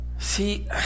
See